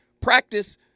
Practice